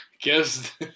guess